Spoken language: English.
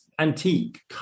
antique